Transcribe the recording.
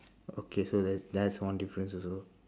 okay so that's that's one difference also